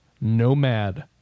Nomad